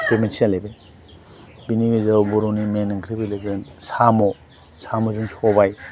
बे मोनसे जालायबाय बिनि गेजेराव बर'नि मेइन ओंख्रि फैलायगोन साम' साम'जों सबाइ